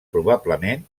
probablement